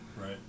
Right